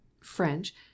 French—